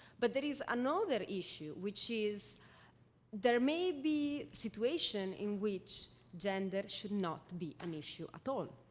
but that is another issue, which is there may be situation in which gender should not be an issue at all.